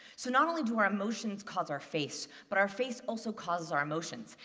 so not only do our emotions cause our face, but our face also causes our emotions.